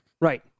Right